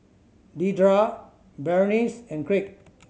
Dedra Berenice and Craig